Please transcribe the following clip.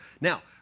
Now